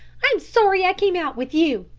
i'm sorry i came out with you.